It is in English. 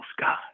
God